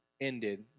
ended